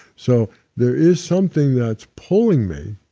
so there is something that's pulling me,